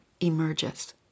emerges